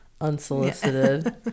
unsolicited